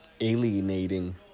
alienating